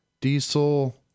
diesel